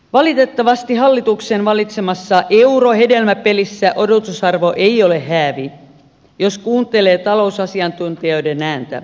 valitettavasti hallituksen valitsemassa eurohedelmäpelissä odotusarvo ei ole häävi jos kuuntelee talousasiantuntijoiden ääntä